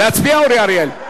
להצביע, אורי אריאל?